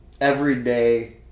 everyday